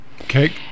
Okay